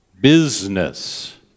business